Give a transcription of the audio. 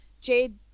Jade